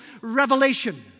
revelation